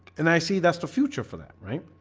and i see that's the future for that right?